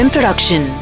Production